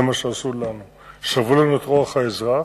זה מה שעשו לנו, שברו לנו את רוח האזרח,